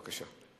בבקשה.